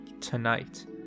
tonight